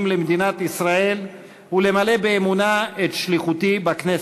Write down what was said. למדינת ישראל ולמלא באמונה את שליחותי בכנסת".